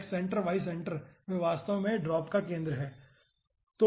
x center और y center वे वास्तव में ड्रॉप का केंद्र हैं